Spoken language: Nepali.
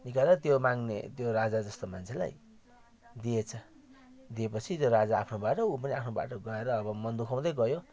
निकालेर त्यो माग्ने त्यो राजा जस्तो मान्छेलाई दिएछ दिएपछि त्यो राजा आफ्नो बाटो ऊ पनि आफ्नो बाटो गएर अब मन दुखाउँदै गयो